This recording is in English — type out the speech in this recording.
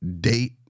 date